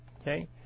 Okay